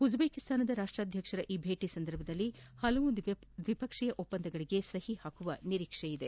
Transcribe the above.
ಉಜ್ಜೇಕಿಸ್ತಾನ್ ರಾಷ್ಟಾಧ್ವಕ್ಷರ ಈ ಭೇಟಿ ಸಂದರ್ಭದಲ್ಲಿ ಹಲವು ದ್ವಿಪಕ್ಷೀಯ ಒಪ್ಪಂದಗಳಿಗೆ ಸಹಿಯಾಗುವ ನಿರೀಕ್ಷೆಯಿದೆ